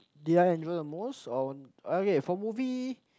did I enjoy the most on okay for movie